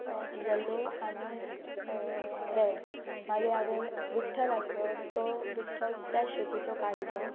येलो आनीक रेड मागीर हांवें विठ्ठल आसलो तो विठ्ठल त्याच शेपीचो काडलो